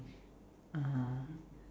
uh